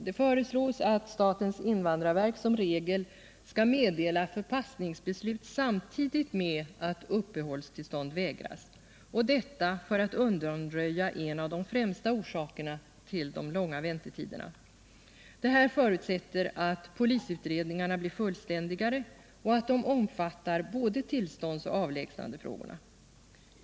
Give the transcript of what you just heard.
Det föreslås att SIV som regel skall meddela förpassningsbeslut samtidigt med att uppehållstillstånd vägras — detta för att undanröja en av de främsta orsakerna till de långa väntetiderna. Det här förutsätter att polisutredningarna blir fullständigare och att de omfattar både tillståndsoch avlägsnandefrågorna.